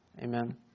Amen